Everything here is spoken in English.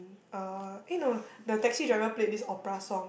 uh eh no no the taxi driver played this opera song